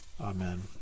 Amen